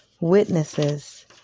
witnesses